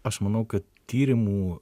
aš manau kad tyrimų